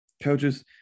coaches